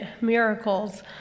miracles